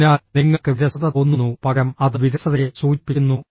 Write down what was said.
അതിനാൽ നിങ്ങൾക്ക് വിരസത തോന്നുന്നു പകരം അത് വിരസതയെ സൂചിപ്പിക്കുന്നു